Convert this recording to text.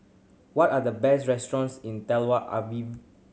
what are the best restaurants in Tel Aviv